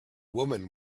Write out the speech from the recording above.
woman